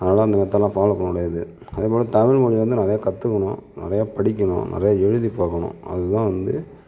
அதெலாம் அந்த மெத்தட்லாம் ஃபாலோ பண்ண கூடாது அதுபோல தமிழ் மொழியை வந்து நிறையா கத்துக்கணும் நிறையா படிக்கணும் நல்லா எழுதி பார்க்கணும் அதுதான் வந்து